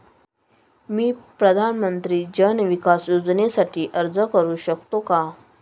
मी प्रधानमंत्री जन विकास योजनेसाठी अर्ज करू शकतो का?